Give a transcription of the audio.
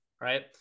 right